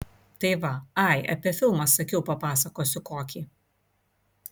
tai va ai apie filmą sakiau papasakosiu kokį